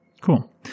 Cool